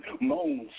Moans